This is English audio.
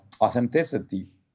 authenticity